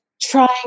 trying